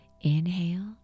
Inhale